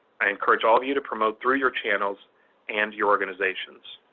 i encourage all of you to promote through your channels and your organizations.